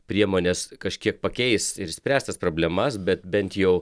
priemonės kažkiek pakeis ir išspręs tas problemas bet bent jau